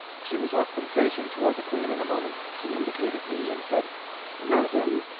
she was up and facing toward the queen in a moment. she indicated me, and said madame,